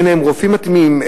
אין להם רופאים מתאימים,